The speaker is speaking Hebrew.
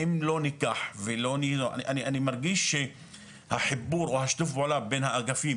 אני מרגיש שהחיבור או שיתוף הפעולה בין האגפים,